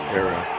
era